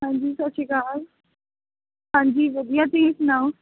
ਹਾਂਜੀ ਸਤਿ ਸ਼੍ਰੀ ਅਕਾਲ ਹਾਂਜੀ ਵਧੀਆ ਤੁਸੀਂ ਸੁਣਾਓ